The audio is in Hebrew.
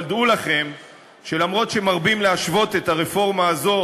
אבל דעו לכם שלמרות שמרבים להשוות את הרפורמה הזאת